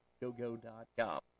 gogo.com